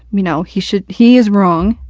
you know he should he is wrong,